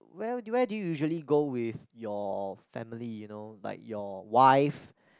where where do you usually go with your family you know like your wife